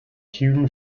hewn